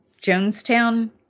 Jonestown